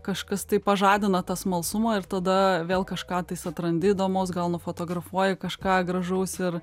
kažkas tai pažadina tą smalsumą ir tada vėl kažką tais atrandi įdomaus gal nufotografuoji kažką gražaus ir